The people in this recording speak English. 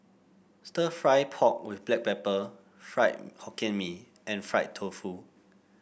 stir fry pork with Black Pepper Fried Hokkien Mee and Fried Tofu